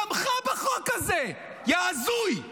תמכה בחוק הזה, יא הזוי.